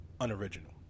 unoriginal